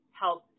help